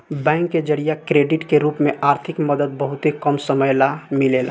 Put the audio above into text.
bank के जरिया credit के रूप में आर्थिक मदद बहुते कम समय ला मिलेला